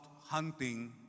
hunting